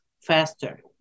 faster